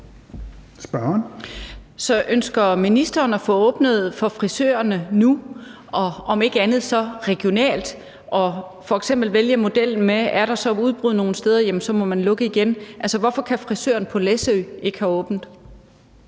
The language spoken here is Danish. Så ønsker ministeren at få åbnet for frisørerne nu, om ikke andet så regionalt, så man f.eks. kan vælge modellen med, at hvis der er udbrud nogle steder, må man lukke igen? Altså, hvorfor kan frisøren på Læsø ikke have åbent?